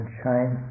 shine